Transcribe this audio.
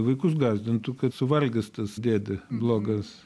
vaikus gąsdintų kad suvalgys tas dėdė blogas